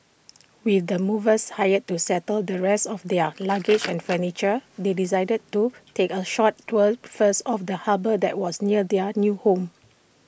with the movers hired to settle the rest of their luggage and furniture they decided to take A short tour first of the harbour that was near their new home